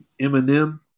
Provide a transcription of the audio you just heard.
Eminem